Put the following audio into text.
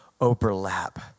overlap